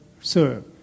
serve